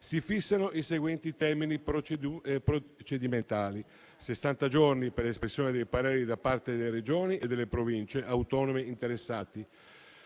si fissano i seguenti termini procedimentali: sessanta giorni per l'espressione dei pareri da parte delle Regioni e delle Province autonome interessati;